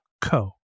co